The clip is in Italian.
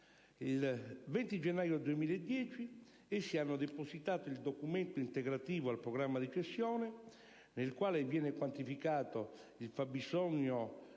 Il 20 gennaio 2010 essi hanno depositato il documento integrativo al programma di cessione nel quale viene quantificato il fabbisogno